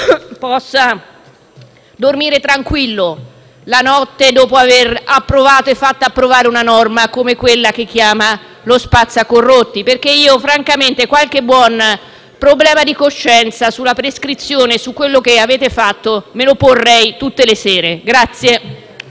possa dormire tranquillo la notte, dopo aver presentato e fatto approvare una norma come quella che chiama spazzacorrotti, perché io, francamente, qualche problema di coscienza sulla prescrizione e su quello che avete fatto, me lo porrei tutte le sere.